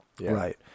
Right